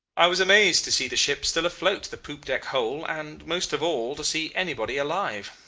i was amazed to see the ship still afloat, the poop-deck whole and, most of all, to see anybody alive.